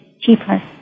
cheaper